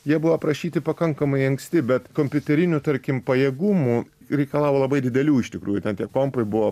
jie buvo aprašyti pakankamai anksti bet kompiuterinių tarkim pajėgumų reikalavo labai didelių iš tikrųjų ten tie kompai buvo